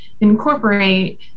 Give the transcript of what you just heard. incorporate